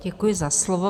Děkuji za slovo.